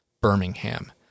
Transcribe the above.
Birmingham